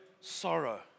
sorrow